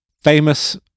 famous